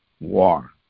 war